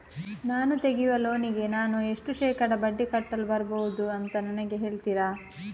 ನಾನು ತೆಗಿಯುವ ಲೋನಿಗೆ ನಾನು ಎಷ್ಟು ಶೇಕಡಾ ಬಡ್ಡಿ ಕಟ್ಟಲು ಬರ್ಬಹುದು ಅಂತ ನನಗೆ ಹೇಳ್ತೀರಾ?